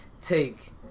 take